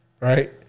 right